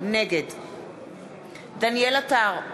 נגד דניאל עטר,